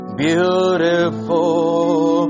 beautiful